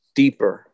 deeper